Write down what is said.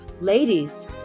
ladies